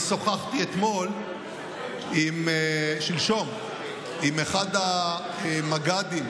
אני שוחחתי שלשום עם אחד המג"דים,